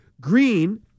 Green